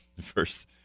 first